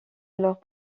alors